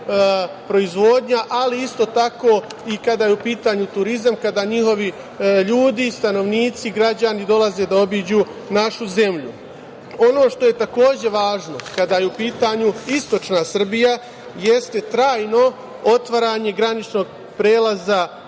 proizvodnja, ali isto tako i kada je u pitanju turizam. a kada njihovi ljudi, stanovnici, građani dolazi da obiđu našu zemlju. Ono što je takođe važno kada je u pitanju istočna Srbija jeste trajno otvaranje graničnog prelaza